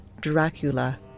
Dracula